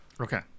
Okay